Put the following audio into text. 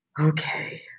okay